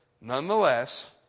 Nonetheless